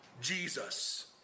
Jesus